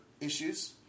issues